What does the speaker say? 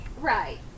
Right